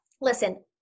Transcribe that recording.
listen